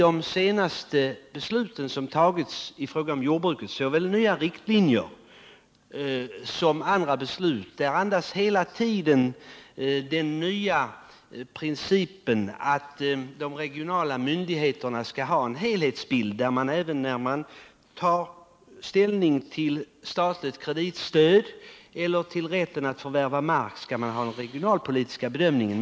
De senaste besluten som fattats angående jordbruket — det gäller såväl beslutet om nya riktlinjer som andra beslut — genomsyras av den nya principen att de regionala myndigheterna skall ha en helhetsbild, så att man även vid ställningstagandet till statligt kreditstöd eller rätten att förvärva mark får med den regionalpolitiska bedömningen.